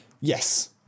Yes